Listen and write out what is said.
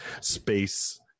space